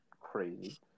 Crazy